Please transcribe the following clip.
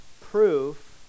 proof